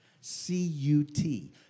C-U-T